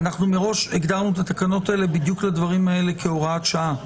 שמראש הגדרנו את התקנות האלה בדיוק לדברים האלה כהוראת שעה.